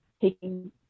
taking